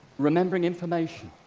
remembering information?